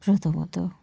প্রথমত